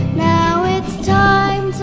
now it's time